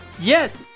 Yes